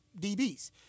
DBs